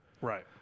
Right